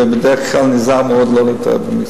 ובדרך כלל אני נזהר מאוד לא להתערב במשרד.